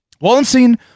Wallenstein